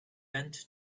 bent